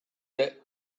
the